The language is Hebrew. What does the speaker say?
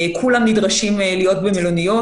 כולם נדרשים להיות במלוניות.